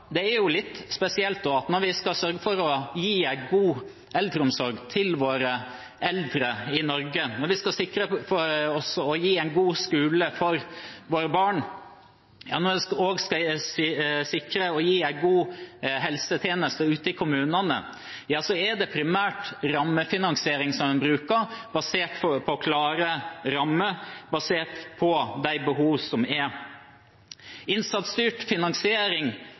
Det er litt spesielt at når vi skal sørge for å gi god eldreomsorg til våre eldre i Norge, når vi skal sikre en god skole for våre barn og en god helsetjeneste ute i kommunene – ja, så er det primært rammefinansiering en bruker, basert på klare rammer, basert på de behovene som er. Innsatsstyrt finansiering